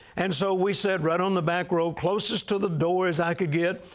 and so we sat right on the back row, closest to the door as i could get,